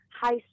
high